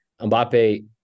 Mbappe